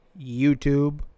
YouTube